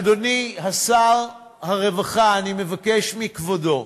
אדוני שר הרווחה, אני מבקש מכבודו: